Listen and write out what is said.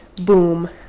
boom